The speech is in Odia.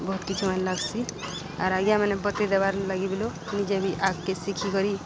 ବହୁତ୍ କିଛି ଅଏନ୍ ଲାଗ୍ସି ଆର୍ ଆଜ୍ଞା ମାନେ ବତେଇ ଦେବାର୍ ଲାଗି ବିଲୋ ନିଜେ ବି ଆଗ୍କେ ଶିଖି କରି